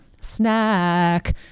snack